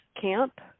camp